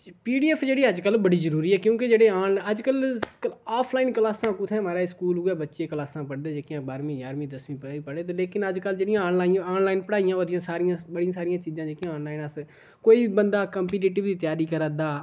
पी D F जेह्ड़ी ऐ अज्जकल बड़ी जरूरी ऐ क्योंकि जेह्ड़े आनलाइन अजकल आफलाइन क्लासां कुत्थै महाराज स्कूल उ'ऐ बच्चे क्लासां पढ़दे जेह्कियां बाह्रमीं जाह्रमीं दसमीं पढ़े दे पढ़े दे लेकिन अजकल जेह्ड़ियां आन आनलाइन पढ़ाइयां होआ दियां सारियां बड़ियां सारियां चीजां जेह्कियां आनलाइन अस कोई बंदा कंपीटेटिव दी त्यारी करै दा